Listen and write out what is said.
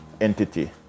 entity